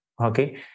okay